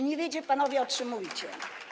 Nie wiecie, panowie, o czym mówicie.